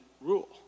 rule